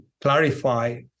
clarify